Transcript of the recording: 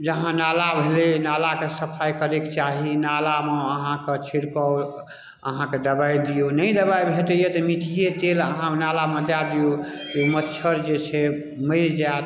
जहाँ नाला भेलै नालाके सफाइ करैके चाही नालामे अहाँके छिड़काव अहाँके दबाइ दियौ नहि दबाइ भेटैए तऽ मिट्टीये तेल अहाँ नालामे दए दियौ जे मच्छर जे छै मरि जायत